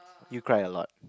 you cry a lot